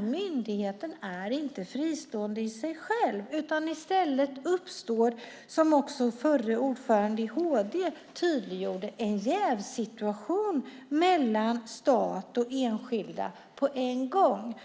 Myndigheten är inte fristående. I stället uppstår, vilket också förre ordföranden i HD har tydliggjort, en jävssituation mellan stat och enskilda på en gång.